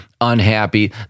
unhappy